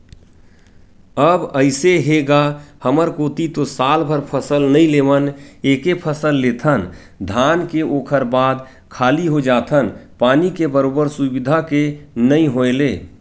अब अइसे हे गा हमर कोती तो सालभर फसल नइ लेवन एके फसल लेथन धान के ओखर बाद खाली हो जाथन पानी के बरोबर सुबिधा के नइ होय ले